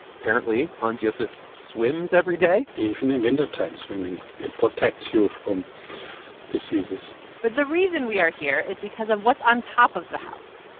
apparently, hans-josef swims every day even in wintertime, swimming it protects you from um diseases but the reason we are here is because of what's on top of the house.